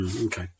Okay